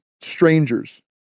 strangers